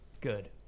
Good